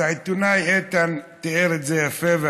העיתונאי איתן תיאר את זה יפה ואמר: